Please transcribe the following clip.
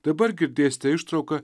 dabar girdėsite ištrauką